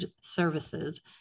services